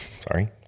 Sorry